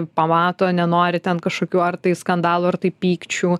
pamato nenori ten kažkokių ar tai skandalų ar tai pykčių